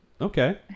Okay